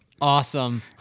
Awesome